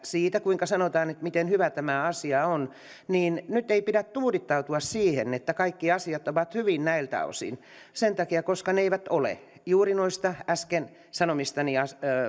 siitä miten hyvä tämä asia on mutta nyt ei pidä tuudittautua siihen että kaikki asiat ovat hyvin näiltä osin sen takia koska ne eivät ole juuri noista äsken sanomistani